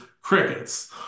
crickets